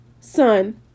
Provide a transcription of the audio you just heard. son